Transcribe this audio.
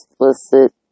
explicit